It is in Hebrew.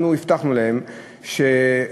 אנחנו הבטחנו להם שאנחנו,